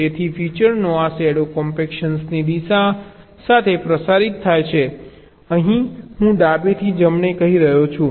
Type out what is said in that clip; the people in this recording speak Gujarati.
તેથી ફીચરનો આ શેડો કોમ્પેક્શનની દિશા સાથે પ્રસારિત થાય છે અહીં હું ડાબેથી જમણે કહી રહ્યો છું